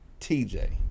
tj